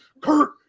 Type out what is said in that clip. Kurt